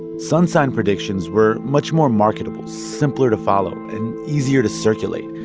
sun sign predictions were much more marketable simpler to follow and easier to circulate,